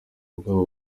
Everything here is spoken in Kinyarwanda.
bwabo